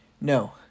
No